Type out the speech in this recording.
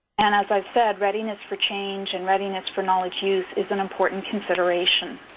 and as i've said, readiness for change and readiness for knowledge use is an important consideration.